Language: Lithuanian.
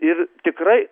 ir tikrai